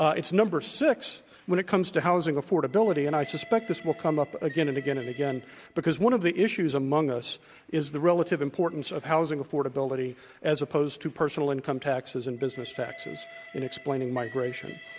ah it's number six when it comes to housing affordability, and i suspect this will come up again and again and andagain. because one of the issues among us is the relative importance of housing affordability as opposed to personal income taxes and business taxes in explaining migration.